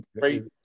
great